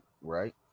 right